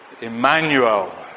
Emmanuel